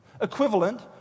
equivalent